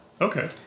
Okay